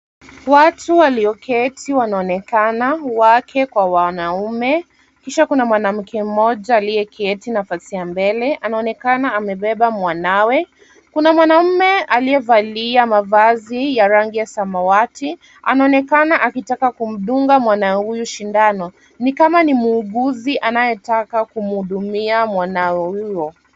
Watu walioketi wanaonekana, wake kwa wanaume kisha kuna mwanamke mmoja aliyeketi nafasi ya mbele anaonekana amebeba mwanawe. Kuna mwanaume aliyevalia mavazi ya rangi ya samawati anaonekana akitaka kumdunga mwana huyu sindano ni kama ni muuguzi anayetaka kumhudumia mwana huyo.